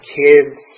kids